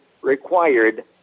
required